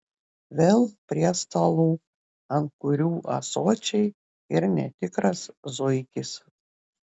vėl prie stalų ant kurių ąsočiai ir netikras zuikis